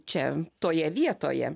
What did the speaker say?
čia toje vietoje